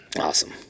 Awesome